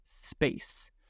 Space